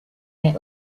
that